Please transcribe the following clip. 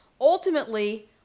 ultimately